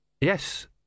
Yes